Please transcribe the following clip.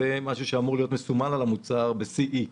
משהו שאמור להיות מסומן על המוצר ב-CE.